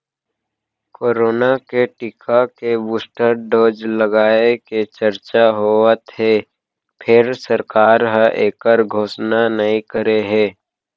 corona के टीका के बूस्टर डोज लगाए के चरचा होवत हे फेर सरकार ह एखर घोसना नइ करे हे